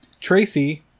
Tracy